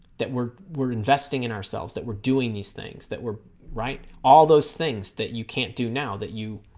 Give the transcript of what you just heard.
that we're we're investing in ourselves that we're doing these things that were right all those things that you can't do now that you